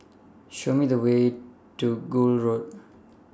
Show Me The Way to Gul Road